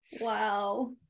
Wow